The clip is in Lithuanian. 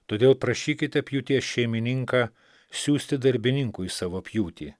todėl prašykite pjūties šeimininką siųsti darbininkų į savo pjūtį